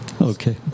Okay